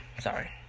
sorry